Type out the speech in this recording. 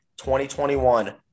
2021